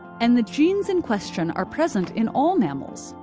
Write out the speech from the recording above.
and the genes in question are present in all mammals,